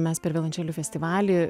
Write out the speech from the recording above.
mes per violnečelių festivalį